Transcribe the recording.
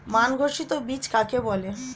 মান ঘোষিত বীজ কাকে বলে?